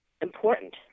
important